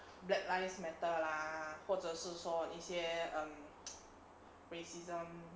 black lives matter lah 或者是说一些 racism